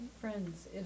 Friends